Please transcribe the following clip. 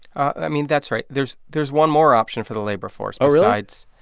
i mean, that's right. there's there's one more option for the labor force. oh, really. besides.